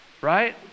Right